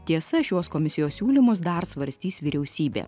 tiesa šiuos komisijos siūlymus dar svarstys vyriausybė